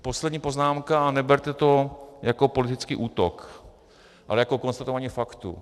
Poslední poznámka, neberte to jako politický útok, ale jako konstatování faktu.